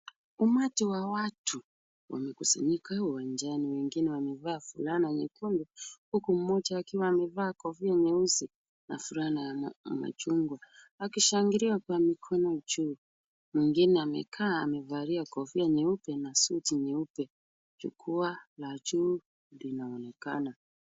Umati wa watu, wamekusanyika uwanjani, wengine wamevaa fulana nyekundu huku mmoja akiwa amevaa kofia nyeusi na fulana ya machungwa, akishangilia kwa mikono juu. Mwingine amekaa amevalia kofia nyeupe na suti nyeupe. Jukwaa la juu linaonekana.